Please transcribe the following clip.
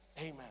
amen